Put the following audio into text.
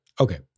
Okay